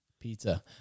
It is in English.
Pizza